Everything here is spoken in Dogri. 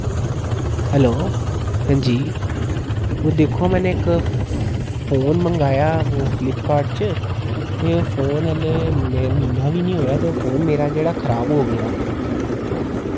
हैल्लो आं जी ओह् देखो मैनें इक फोन मंगाया ओह् फ्लिपकॉर्ट च ते ओह् फोन ऐल्लै म्हीना बी निं होया ते फोन मेरा जेह्ड़ा खराब हो गेआ